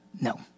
no